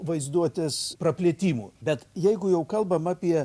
vaizduotės praplėtimo bet jeigu jau kalbam apie